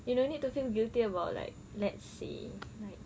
you no need to feel guilty about like let's say like